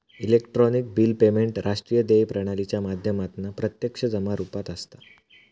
electronic bill payment राष्ट्रीय देय प्रणालीच्या माध्यमातना प्रत्यक्ष जमा रुपात असता